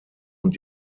und